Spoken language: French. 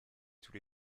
tous